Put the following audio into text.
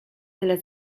tyle